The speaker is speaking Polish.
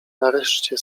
nareszcie